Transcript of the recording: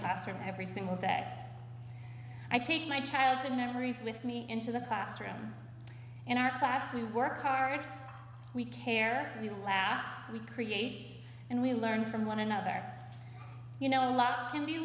classroom every single day i take my childhood memories with me into the classroom in our class we work hard we care you laugh we create and we learn from one another you know a lot can be